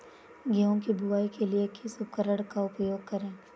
गेहूँ की बुवाई के लिए किस उपकरण का उपयोग करें?